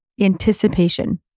anticipation